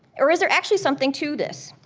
or is there actually something to this?